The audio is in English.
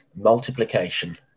Multiplication